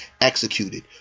executed